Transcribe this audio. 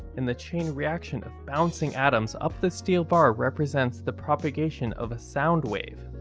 and the chain reaction of bouncing atoms up the steel bar represents the propagation of a sound wave.